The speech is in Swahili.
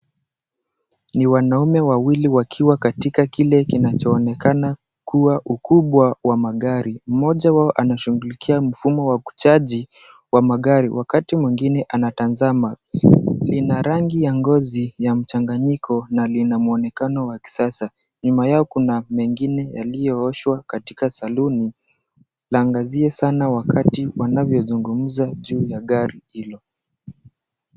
Ni wanaume wawili wakiwa katika kile kinachoonekana kuwa ni ukubwa wa magari, mmoja wao anashughulikia mfumo wa kuchaji wa magari, wakati mwingine anatazama. Lina rangi ya ngozi ya mchanganyiko na lina muonekano wa kisasa. Nyuma yao kuna mengine yaliyooshwa katika saluni, laangazia sana wakati wanavyozungumza juu ya gari hilo.